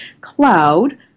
cloud